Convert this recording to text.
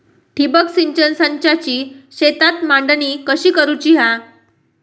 ठिबक सिंचन संचाची शेतात मांडणी कशी करुची हा?